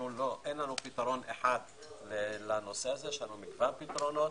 אין לנו פתרון אחד בנושא אלא מגוון פתרונות.